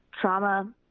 Trauma